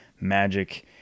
magic